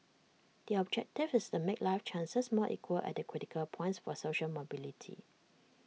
the objective is to make life chances more equal at the critical points for social mobility